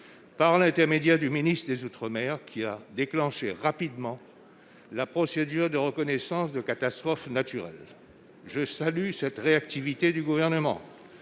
par l'intermédiaire du ministre des Outre-mer qui a déclenché rapidement la procédure de reconnaissance de catastrophe naturelle, je salue cette réactivité du gouvernement,